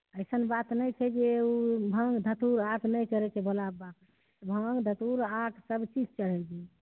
ऐसन बात नहि छै जे ओ भाङ्ग धतुर आक नहि चरढ़ै छै भोला बबाके भाङ्ग धतुर आक सब चीज चढ़ै छै